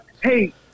hey